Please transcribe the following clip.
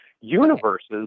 Universes